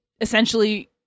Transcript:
Essentially